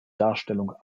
darstellung